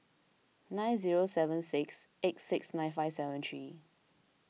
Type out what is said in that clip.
nine zero seven six eight six nine five seven three